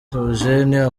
theogene